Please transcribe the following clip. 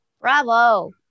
Bravo